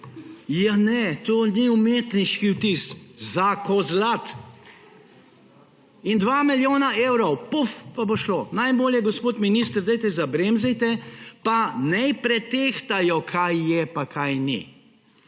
Ja ne, to ni umetniški vtis. Za kozlat! In 2 milijona evrov – pufff, pa bo šlo. Najbolje, gospod minister, zabremzajte, pa naj pretehtajo, kaj je, pa kaj ni.